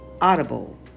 audible